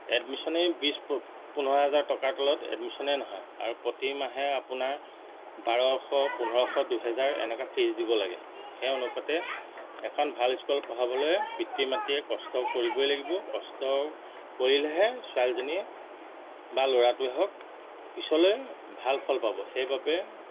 এডমিশ্যনেই বিছ পোন্ধৰ হাজাৰ টকাৰ তলত এডমিশ্যনে নহয় আৰু প্ৰতি মাহে আপোনাৰ বাৰশ পোন্ধৰশ দুহেজাৰ এনেকুৱা ফিজ দিব লাগে সেই অনুপাতে এখন ভাল স্কুলত পঢ়াবলৈ পিতৃ মাতৃয়ে কষ্ট কৰিবই লাগিব কষ্ট কৰিলেহে ছোৱালীজনী বা ল'ৰাটোৱে হওক পিছলৈ ভাল ফল পাব সেইবাবে